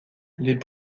les